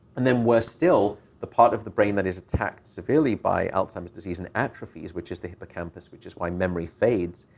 and then where still the part of the brain that is attacked severely by alzheimer's disease and atrophies, which is the hippocampus, which is why memory fades,